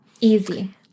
Easy